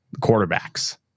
quarterbacks